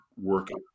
working